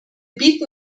bieten